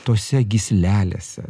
tose gyslelės